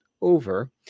over